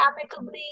amicably